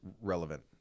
relevant